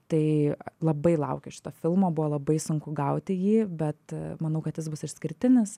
tai labai laukiu šito filmo buvo labai sunku gauti jį bet manau kad jis bus išskirtinis